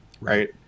right